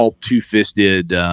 two-fisted